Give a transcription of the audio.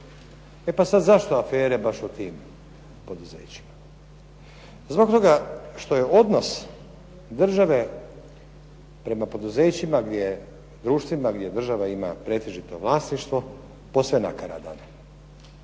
E pa sad zašto afere baš o tim poduzećima? Zbog toga što je odnos države prema poduzećima, društvima gdje država ima pretežito vlasništvo posve je nakaradan.